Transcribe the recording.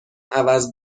عوض